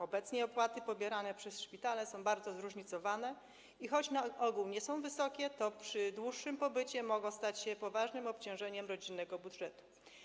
Obecnie opłaty pobierane przez szpitale są bardzo zróżnicowane i choć na ogół nie są wysokie, to przy dłuższym pobycie mogą stać się poważnym obciążeniem rodzinnego budżetu.